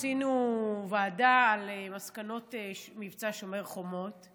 עשינו ישיבה על מסקנות מבצע שומר החומות.